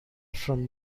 from